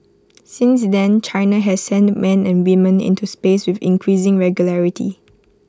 since then China has sent men and women into space with increasing regularity